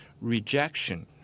rejection